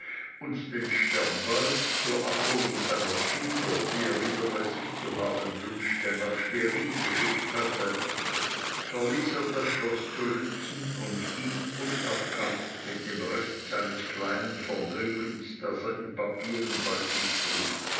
und den sternbald zur abholung seiner kinder die er wieder bei sich zu haben wünschte nach schwerin geschickt hatte verließ er das schloß zu lützen und ging unerkannt mit dem rest seines kleinen vermögens das er in papieren bei sich trug